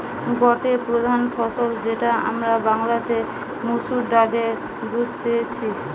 গটে প্রধান ফসল যেটা আমরা বাংলাতে মসুর ডালে বুঝতেছি